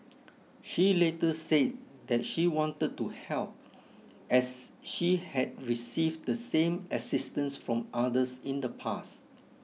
she later said that she wanted to help as she had received the same assistance from others in the past